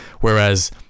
Whereas